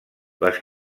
les